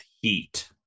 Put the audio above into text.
heat